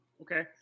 Okay